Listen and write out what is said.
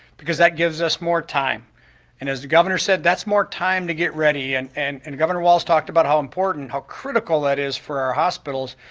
because that gives us more time and as the governor said, that's more time to get ready and, and and governor walz talked about how important, how critical that is for our hospitals,